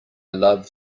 love